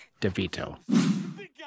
DeVito